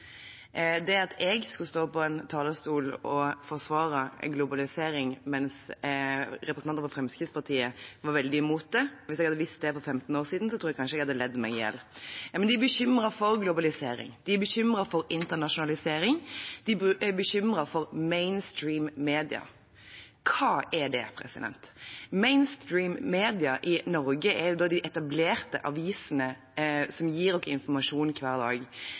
globalisering. Hvis jeg hadde visst for 15 år siden at jeg skulle stå på en talerstol og forsvare globalisering, mens representanter fra Fremskrittspartiet var veldig imot det, tror jeg kanskje jeg hadde ledd meg i hjel. De er bekymret for globalisering. De er bekymret for internasjonalisering. De er bekymret for mainstream-media. Hva er det? Mainstream-media i Norge er de etablerte avisene som gir oss informasjon hver dag.